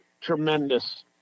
tremendous